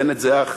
בנט זה אח.